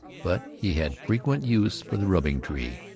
but he had frequent use for the rubbing-tree,